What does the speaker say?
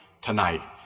tonight